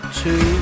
two